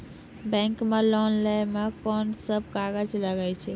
Bank मे loan लै मे कोन सब कागज लागै छै?